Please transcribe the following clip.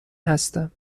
هستم